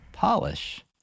polish